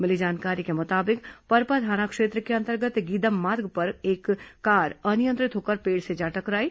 मिली जानकारी के मुताबिक परपा थाना क्षेत्र के अंतर्गत गीदम मार्ग पर एक कार अनियंत्रित होकर पेड़ से जा टकराई